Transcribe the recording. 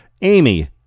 Amy